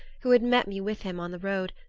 who had met me with him on the road,